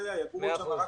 בפריפריה אלא יגורו שם רק